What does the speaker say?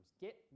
Get